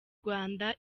rwanda